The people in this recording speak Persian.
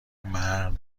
مردی